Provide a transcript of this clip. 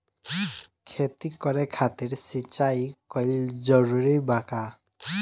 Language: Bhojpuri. खेती करे खातिर सिंचाई कइल जरूरी बा का?